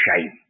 shame